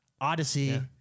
Odyssey